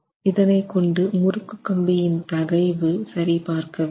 இதனை கொண்டு முறுக்கு கம்பியின் தகைவு சரி பார்க்க வேண்டும்